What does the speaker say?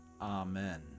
Amen